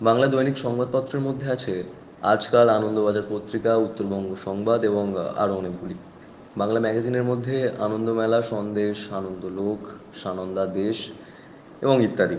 বাংলার দৈনিক সংবাদপত্রের মধ্যে আছে আজকাল আনন্দবাজার পত্রিকা উত্তরবঙ্গ সংবাদ এবং আরো অনেকগুলি বাংলা ম্যাগাজিনের মধ্যে আনন্দমেলা সন্দেশ আনন্দলোক সানন্দা দেশ এবং ইত্যাদি